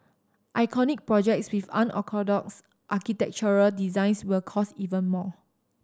iconic projects with unorthodox architectural designs will cost even more